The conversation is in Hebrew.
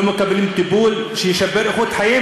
ולא מקבלים טיפול שישפר את איכות החיים.